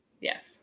Yes